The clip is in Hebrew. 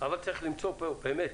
אבל צריך למצוא פה דרך באמת